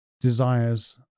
desires